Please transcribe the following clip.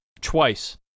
twice